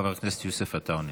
חבר הכנסת יוסף עטאונה.